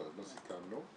לא סיכמנו.